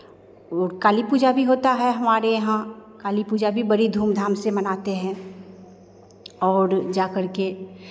और काली पूजा भी होता है हमारे यहाँ काली पूजा भी बड़ी धूमधाम से मनाते हैं और जाकर के